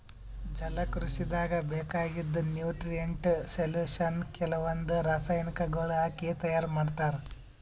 ಜಲಕೃಷಿದಾಗ್ ಬೇಕಾಗಿದ್ದ್ nutrient solution ಕೆಲವಂದ್ ರಾಸಾಯನಿಕಗೊಳ್ ಹಾಕಿ ತೈಯಾರ್ ಮಾಡ್ತರ್